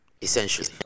essentially